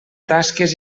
tasques